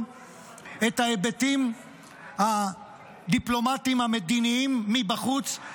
את ההיבטים הדיפלומטיים המדיניים מבחוץ,